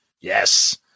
yes